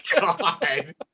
God